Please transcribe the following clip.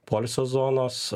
poilsio zonos